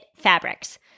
fabrics